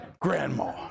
Grandma